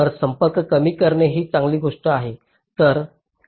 तर संपर्क कमी करणे ही चांगली गोष्ट आहे